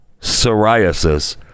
psoriasis